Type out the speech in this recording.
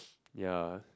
ya